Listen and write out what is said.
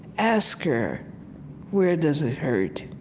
ask her where does it hurt?